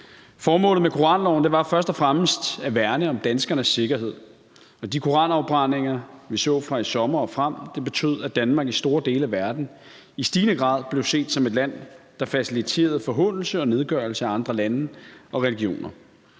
Formålet med koranloven var først og fremmest at værne om danskernes sikkerhed, og de koranafbrændinger, vi så fra i sommer og frem, betød, at Danmark i store dele af verden i stigende grad blev set som et land, der faciliterede forhånelse og nedgørelse af andre lande og religioner.